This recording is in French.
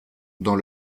dans